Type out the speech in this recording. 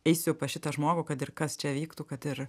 eisiu pas šitą žmogų kad ir kas čia vyktų kad ir